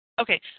Okay